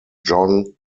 john